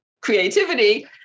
creativity